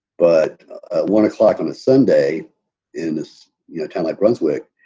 but one o'clock on a sunday in this hotel like brunswick,